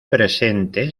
presente